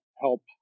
help